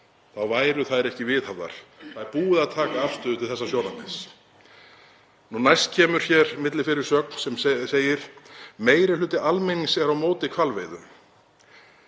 Þá væru þær ekki viðhafðar. Það er búið að taka afstöðu til þessa sjónarmiðs. Næst kemur hér millifyrirsögn sem segir: „Meiri hluti almennings er á móti hvalveiðum.“